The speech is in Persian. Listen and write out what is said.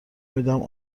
میدم